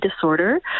Disorder